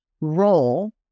role